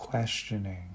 questioning